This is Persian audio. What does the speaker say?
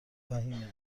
فهیمه